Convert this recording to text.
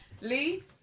Lee